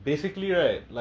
de la salle